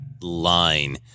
line